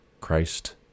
Christ